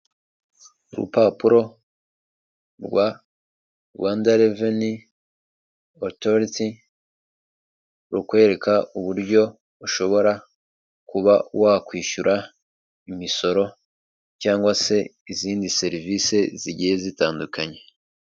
Urupapuro rwa rwanda revenu otoriti rukwereka uburyo ushobora kuba wakwishyura imisoro cyangwa se izindi serivisi zigiye zitandukanye.